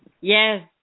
Yes